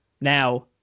Now